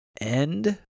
end